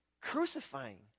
Crucifying